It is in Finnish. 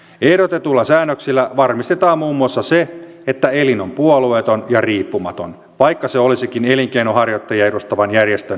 ehdotetuilla säännöksillä varmistetaan muun muassa se että elin on puolueeton ja riippumaton vaikka se olisikin elinkeinonharjoittajia edustavan järjestön ylläpitämä